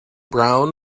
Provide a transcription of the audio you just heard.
brown